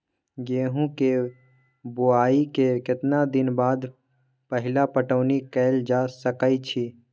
गेंहू के बोआई के केतना दिन बाद पहिला पटौनी कैल जा सकैछि?